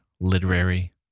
literary